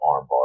Armbar